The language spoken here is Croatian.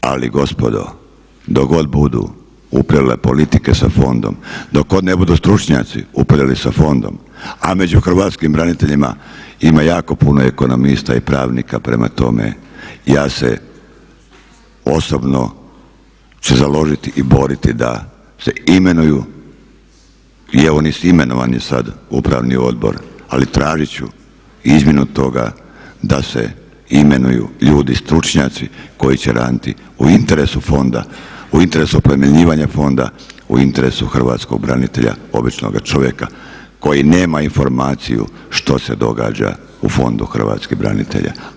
Ali gospodo dok budu upravljale politike sa fondom, dok god ne budu stručnjaci upravljali sa fondom, a među hrvatskim braniteljima ima jako puno ekonomista i pravnika prema tome ja se osobno ću založiti i boriti da se imenuju, je oni su imenovani sad u upravni odbor, ali tražit ću izmjenu toga da se imenuju ljudi stručnjaci koji će raditi u interesu fonda, u interesu oplemenjivanja fonda, u interesu hrvatskog branitelja običnog čovjeka koji nema informaciju što se događa u Fondu hrvatskih branitelja.